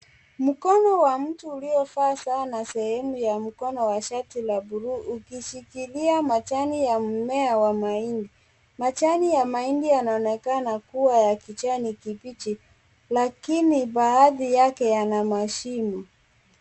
Mkono ya mtu uliovaa sana sehemu ya mkono ya mkono wa shati la bulu ukishikilia majani ya mmea wa mahindi, majani ya mahindi yanaonekana kuwa ya kijani kibichi lakini baadhi yake yana mashimo.